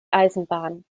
eisenbahn